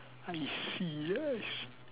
I see yes